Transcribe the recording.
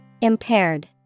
Impaired